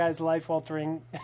life-altering